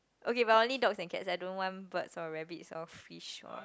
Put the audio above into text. okay but only dogs and cats I don't want birds or rabbits or fish or